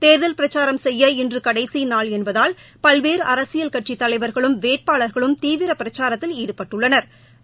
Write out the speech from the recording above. தேர்தல் பிரச்சாரம் செய்ய இன்று கடைசி நாள் என்பதால் பல்வேறு அரசியல் கட்சித் தலைவர்களும் வேட்பாளா்களும் தீவிர பிரச்சாரத்தில் ஈடுபட்டுள்ளனா்